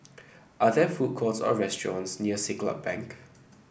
are there food courts or restaurants near Siglap Bank